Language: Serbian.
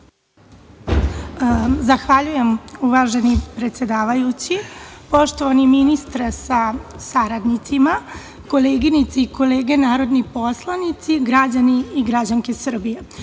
Zahvaljujem, uvaženi predsedavajući. Poštovani ministre sa saradnicima, koleginice i kolege narodni poslanici, građani i građanke Srbije,